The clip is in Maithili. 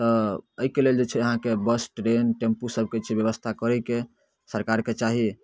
तऽ अइके लेल जे छै अहाँके बस ट्रेन टेम्पू सभके छै व्यवस्था करैके सरकारके चाही